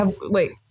Wait